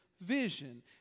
vision